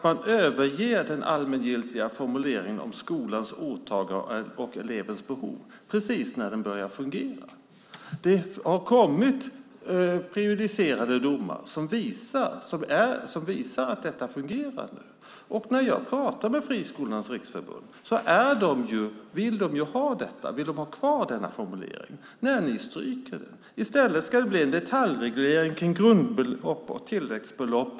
Man överger den allmängiltiga formuleringen om skolans åtagande och elevens behov precis när den börjar fungera. Det har kommit prejudicerande domar som visar att detta fungerar nu. Jag har pratat med Friskolornas riksförbund, och de vill ha kvar denna formulering, men ni stryker den. I stället ska det bli en detaljreglering av grundbelopp och tilläggsbelopp.